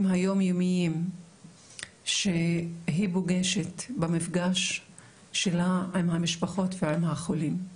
היום-יומיים שהיא פוגשת במפגש שלה עם המשפחות ועם החולים,